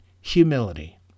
humility